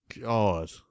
God